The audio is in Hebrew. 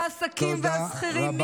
בעלי העסקים והשכירים, תודה רבה.